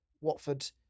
Watford